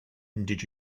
did